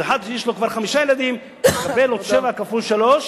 אז אחד שיש לו חמישה ילדים מקבל עוד 7 כפול 3,